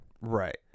right